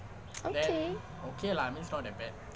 okay